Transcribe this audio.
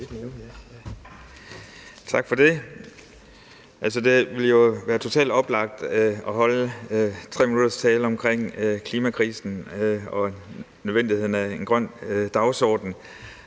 Tak for det. Det ville jo være totalt oplagt at holde 3 minutters tale om klimakrisen og nødvendigheden af en grøn dagsorden,